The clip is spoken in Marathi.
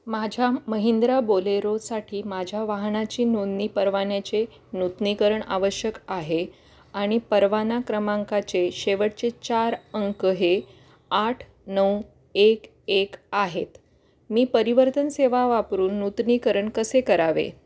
माझ्या महिंद्रा बोलेरोसाठी माझ्या वाहनाची नोंदणी परवान्याचे नूतनीकरण आवश्यक आहे आणि परवाना क्रमांकाचे शेवटचे चार अंक हे आठ नऊ एक एक आहेत मी परिवर्तन सेवा वापरून नूतनीकरण कसे करावे